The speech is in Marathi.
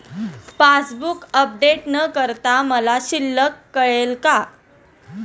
पासबूक अपडेट न करता मला शिल्लक कळेल का?